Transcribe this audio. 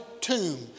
tomb